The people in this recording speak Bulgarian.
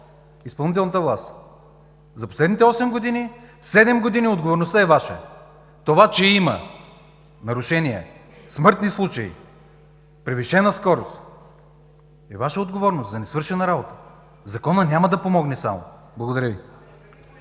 изпълнителната власт. За последните осем години, седем години отговорността е Ваша. Това че има нарушения, смъртни случаи, превишена скорост, е Ваша отговорност за несвършена работа. Само Законът няма да помогне. Благодаря Ви.